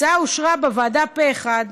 ההצעה אושרה בוועדה פה אחד,